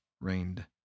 rained